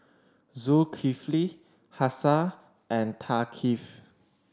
Zulkifli Hafsa and Thaqif